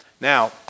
Now